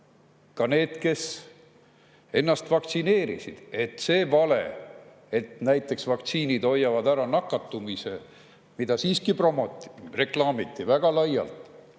ka need, kes ennast vaktsineerida lasksid, et see vale, et vaktsiinid hoiavad ära nakatumise, mida siiski promoti, reklaamiti väga laialt,